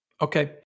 Okay